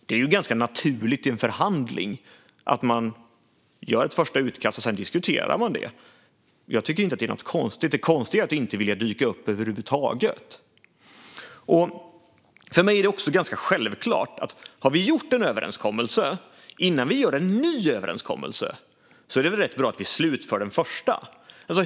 Det är naturligt att i en förhandling diskutera ett första utkast. Det konstiga är att inte vilja dyka upp över huvud taget. För mig är det självklart att man slutför den första överenskommelsen innan man ingår en ny överenskommelse.